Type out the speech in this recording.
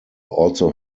also